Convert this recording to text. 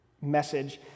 message